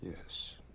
Yes